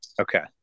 Okay